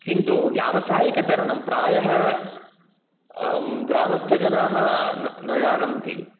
किन्तु व्यावसायिकतरणं प्रायः ग्रामस्थजनाः न जानान्ति